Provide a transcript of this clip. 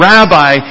Rabbi